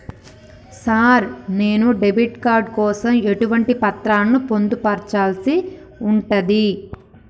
Sir నేను debit card కోసం ఎటువంటి పత్రాలను పొందుపర్చాల్సి ఉంటది?